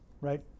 right